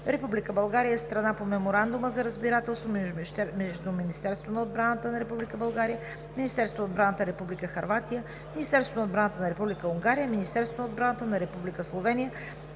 Република България е страна по Меморандума за разбирателство между Министерството на отбраната на Република България, Министерството на отбраната на Република Хърватия, Министерството на отбраната на Република Унгария и Министерството на отбраната на Република Словения